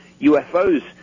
UFOs